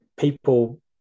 people